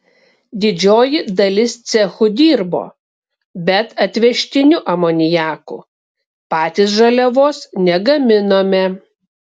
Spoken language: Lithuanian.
didžioji dalis cechų dirbo bet atvežtiniu amoniaku patys žaliavos negaminome